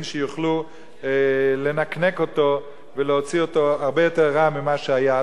שיוכלו לנקנק אותו ולהוציא אותו הרבה יותר רע ממה שהיה.